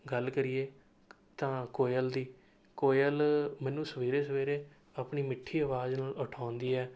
ਗੱਲ ਕਰੀਏ ਤਾਂ ਕੋਇਲ ਦੀ ਕੋਇਲ ਮੈਨੂੰ ਸਵੇਰੇ ਸਵੇਰੇ ਆਪਣੀ ਮਿੱਠੀ ਅਵਾਜ਼ ਨਾਲ ਉਠਾਉਂਦੀ ਹੈ